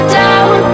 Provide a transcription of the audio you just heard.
down